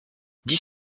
dix